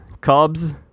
Cubs